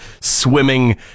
swimming